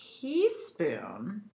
teaspoon